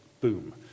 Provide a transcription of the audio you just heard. boom